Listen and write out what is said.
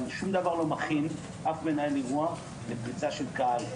אבל שום דבר לא מכין אף מנהל אירוע לפריצה של קהל.